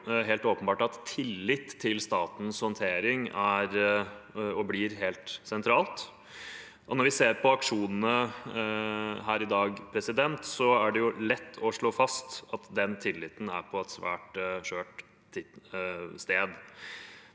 det helt åpenbart at tillit til statens håndtering er og blir helt sentralt. Når vi ser på aksjonene her i dag, er det lett å slå fast at den tilliten er på et svært skjørt sted.